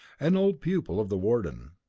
an old pupil of the warden.